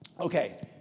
Okay